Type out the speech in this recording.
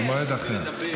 במועד אחר.